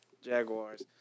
Jaguars